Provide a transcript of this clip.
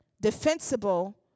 defensible